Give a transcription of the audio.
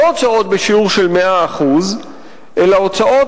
לא הוצאות בשיעור של 100% אלא הוצאות